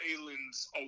aliens